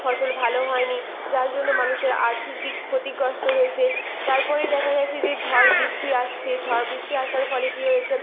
ফসল ভালো হয়নি যার জন্য মানুষের আর্থিক দিক ক্ষতিগ্রস্ত হয়েছে তার পরেই দেখা গিয়েছে যে ঝড় বৃষ্টি আসছে ঝড় বৃষ্টি আসার ফলে কী হয়েছে